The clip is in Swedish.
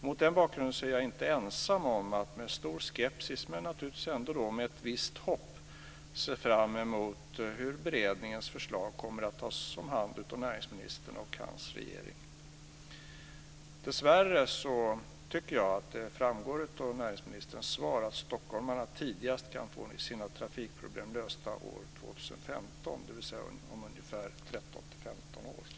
Mot den bakgrunden är jag inte ensam om att med stor skepsis men naturligtvis ändå med ett visst hopp se fram emot hur beredningens förslag kommer att tas om hand av näringsministern och hans regeringen. Dessvärre tycker jag att det framgår av näringsministerns svar att stockholmarna tidigast kan få sina trafikproblem lösta år 2015, dvs. om ungefär 13-15